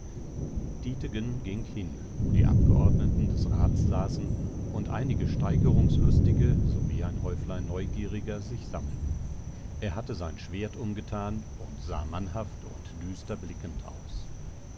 dietegen ging hin wo die abgeordneten des rats saßen und einige steigerungslustige sowie ein häuflein neugieriger sich sammelten er hatte sein schwert umgetan und sah mannhaft und düster blickend aus